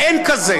אין כזה.